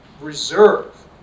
reserve